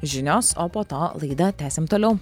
žinios o po to laidą tęsim toliau